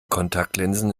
kontaktlinsen